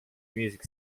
music